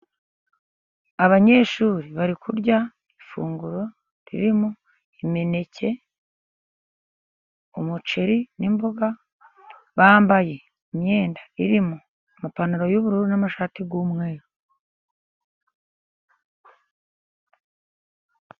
Abanyeshuri bari kurya ifunguro ririmo imineke, umuceri n'imboga , bambaye imyenda irimo amapantaro y'ubururu n'amashati y'umweru.